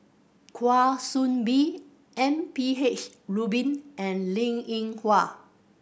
Kwa Soon Bee M P H Rubin and Linn In Hua